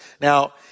Now